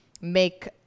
make